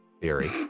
Theory